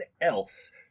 else